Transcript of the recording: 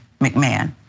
McMahon